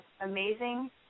amazing